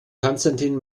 konstantin